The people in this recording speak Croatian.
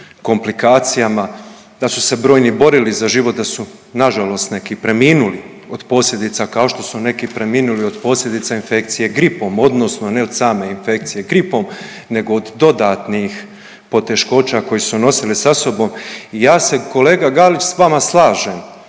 da su se brojni borili za život, da su nažalost neki preminuli od posljedica, kao što su neki preminuli od posljedica infekcije gripom, odnosno ne od same infekcije gripom, nego od dodatnih poteškoća koje su nosile sa sobom i ja se, kolega Galić s vama slažem,